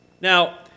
Now